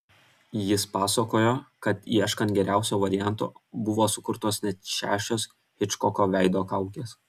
jis pasakojo kad ieškant geriausio varianto buvo sukurtos net šešios hičkoko veido kaukės